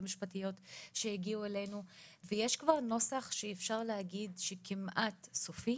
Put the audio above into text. המשפטיות שהגיעו אלינו ויש כבר נוסח שאפשר להגיד שהוא כמעט סופי,